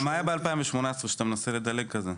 מה היה ב-2018 שאתה מנסה לדלג כזה?